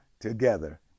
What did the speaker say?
together